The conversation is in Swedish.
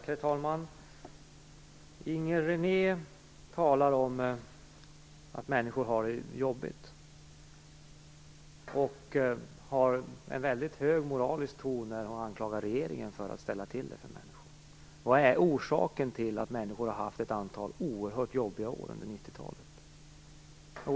Herr talman! Inger René talade om att människor har det jobbigt och har en väldigt hög moralisk ton när hon anklagar regeringen för att ställa till det för människor. Vad är orsaken till att människor har haft ett antal oerhört jobbiga år under 1990-talet?